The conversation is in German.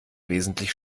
wesentlich